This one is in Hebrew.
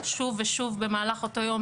אלא שוב ושוב במהלך אותו יום,